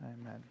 Amen